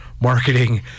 marketing